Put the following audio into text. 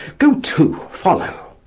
go to follow.